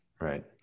Right